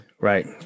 Right